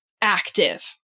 active